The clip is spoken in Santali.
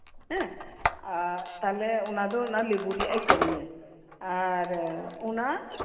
ᱦᱮᱸ ᱛᱟᱦᱞᱮ ᱚᱱᱟ ᱫᱚ ᱚᱱᱟ ᱞᱮᱵᱩ ᱨᱮᱭᱟᱜ ᱮ ᱠᱟᱹᱢᱤᱭᱟ ᱟᱨ ᱚᱱᱟ